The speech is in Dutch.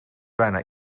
bijna